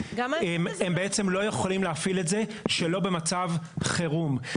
הם בעצם לא יכולים להפעיל את זה שלא במצב חירום.